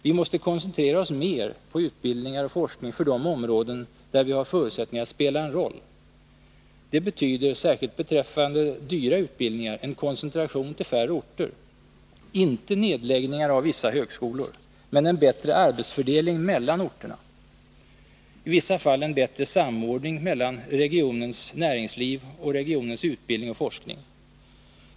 Vi måste koncentrera oss mer på utbildningar och forskning när det gäller de områden, där vi har förutsättningar att spela en roll. Det betyder, särskilt beträffande dyra utbildningar, en koncentration till färre orter — inte nedläggningar av vissa högskolor, men en bättre arbetsfördelning mellan orterna, i vissa fall en bättre samordning mellan regionens näringsliv och regionens utbildning och forskning.